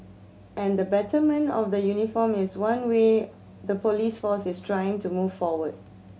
and the betterment of the uniform is one way the police force is trying to move forward